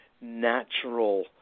natural